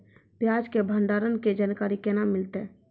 प्याज के भंडारण के जानकारी केना मिलतै?